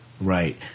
Right